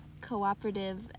cooperative